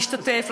להשתתף,